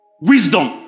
Wisdom